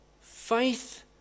Faith